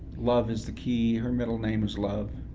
love is the key her middle name is love,